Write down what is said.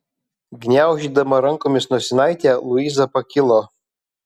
gniaužydama rankomis nosinaitę luiza pakilo